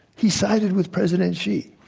he sided with president xi.